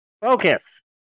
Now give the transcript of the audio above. Focus